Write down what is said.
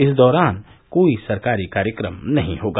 इस दौरान कोई सरकारी कार्यक्रम नहीं होगा